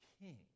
king